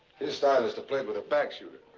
his style is to play with a backshooter.